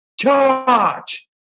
charge